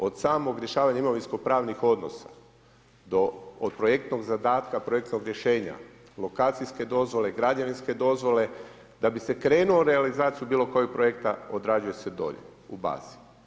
Od samog rješavanja imovinsko-pravnih odnosa do projektnog zadatka, projektnog rješenja, lokacijske dozvole, građevinske dozvole da bi se krenulo u realizaciju bilo kojeg projekta odrađuje se dolje u bazi.